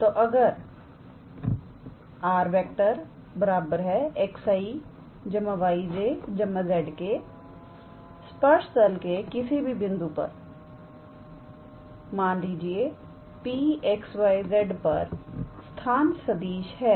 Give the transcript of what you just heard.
तोअगर 𝑅⃗ 𝑋𝑖̂ 𝑌𝑗̂ 𝑍𝑘̂ स्पर्श तल के किसी भी बिंदु पर मान लीजिए PXYZ पर स्थान सदिश है